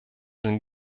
den